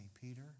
Peter